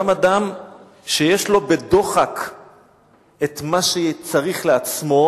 גם אדם שיש לו בדוחק את מה שצריך לעצמו,